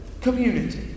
community